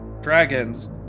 Dragons